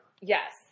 Yes